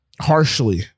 harshly